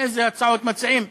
איזה הצעות מציעים?